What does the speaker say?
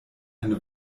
eine